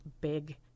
big